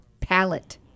palette